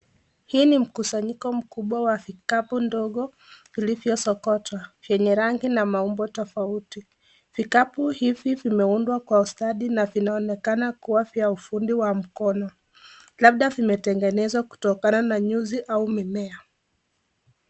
Hii ni mkusanyiko mkubwa wa vikapu ndogo vilivyosokotwa vyenye rangi na maumbo tofauti. Vikapu hivi vimeundwa kwa ustadi na vinaonekana kuwa vya ufundi wa mkono labda vimetengenezwa kutokana na nyuzi au mimea.